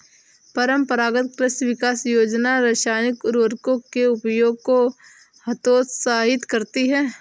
परम्परागत कृषि विकास योजना रासायनिक उर्वरकों के उपयोग को हतोत्साहित करती है